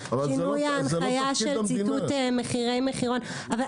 שינוי ההנחיה של ציטוט מחירי מחירון.